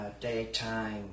daytime